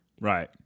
Right